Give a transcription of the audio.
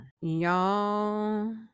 y'all